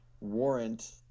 warrant